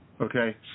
okay